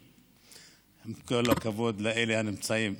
עם כל הכבוד לאלה הנמצאים.